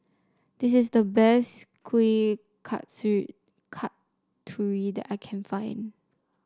this is the best Kuih Kasturi that I can find